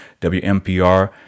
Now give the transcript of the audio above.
WMPR